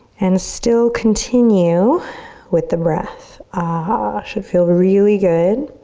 and still continue with the breath. ah, should feel really good.